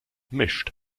mischt